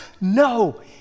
No